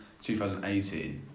2018